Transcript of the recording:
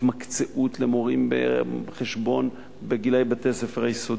התמקצעות למורים בחשבון לגילאי בתי-הספר היסודי.